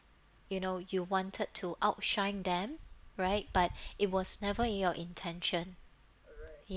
you know you wanted to outshine them right but it was never in your intention